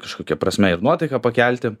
kažkokia prasme ir nuotaiką pakelti